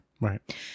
right